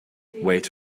wait